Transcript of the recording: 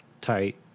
tight